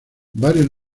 varios